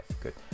good